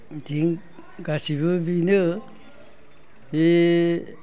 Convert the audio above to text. बेथं गासैबो बिनो जे